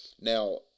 Now